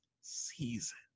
season